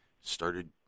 started